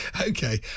Okay